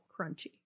crunchy